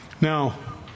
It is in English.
Now